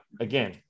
again